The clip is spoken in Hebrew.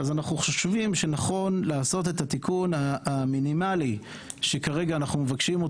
אנחנו חושבים שנכון לעשות את התיקון המינימלי שאנחנו מבקשים,